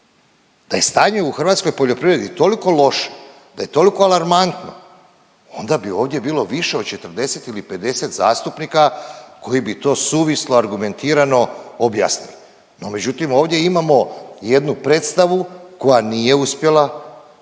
Da je stanje u hrvatskoj poljoprivredi toliko loše, da je toliko alarmantno onda bi ovdje bilo više od 40 ili 50 zastupnika koji bi to suvislo, argumentirano objasnili. No, međutim ovdje imamo jednu predstavu koja nije uspjela,